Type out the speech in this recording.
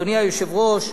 אדוני היושב-ראש,